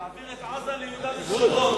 ולהעביר את עזה ליהודה ושומרון.